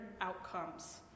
outcomes